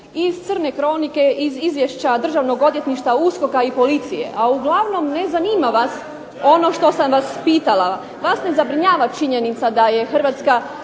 iz crne kronike, iz izvješća državnog odvjetništva, USKOK-a i policije, a uglavnom ne zanima vas ono što sam vas pitala. Vas ne zabrinjava činjenica da je Hrvatska